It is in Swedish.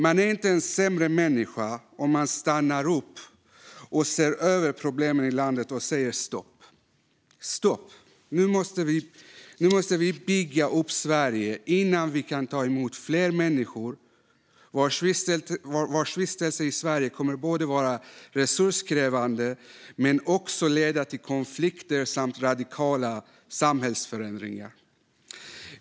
Man är inte en sämre människa om man stannar upp, ser över problemen i landet och säger stopp. Nu måste vi bygga upp Sverige innan vi kan ta emot fler människor vars vistelse i Sverige både kommer att vara resurskrävande och leda till konflikter och radikala samhällsförändringar.